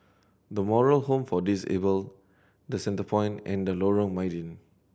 The Moral Home for Disabled The Centrepoint and Lorong Mydin